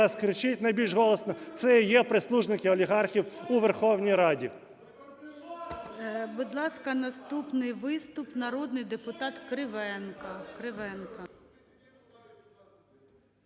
кричить найбільш голосно - це і є прислужники олігархів у Верховній Раді. ГОЛОВУЮЧИЙ. Будь ласка, наступний виступ - народний депутат Кривенко.